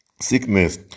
sickness